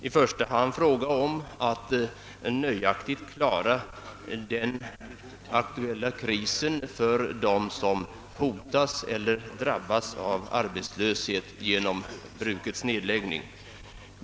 I första hand gäller det att nöjaktigt klara den aktuella krisen för dem som hotas eller drabbas av arbetslöshet genom brukets nedläggning.